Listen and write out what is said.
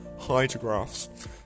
hydrographs